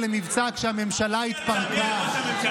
כל גוב האריות הושמד, אבל מי היה ראש הממשלה?